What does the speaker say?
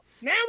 now